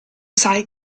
sai